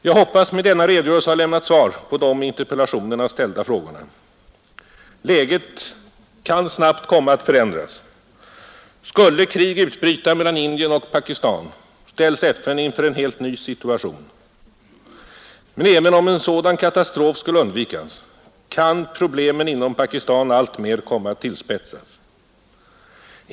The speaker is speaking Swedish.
Jag hoppas med denna redogörelse ha lämnat svar på de i interpellationerna ställda frågorna. Läget kan snabbt komma att förändras. Skulle krig utbryta mellan Indien och Pakistan ställes FN inför en helt ny situation, Men även om en sådan katastrof skulle undvikas, kan problemen inom Pakistan alltmer komma att tillspetsas.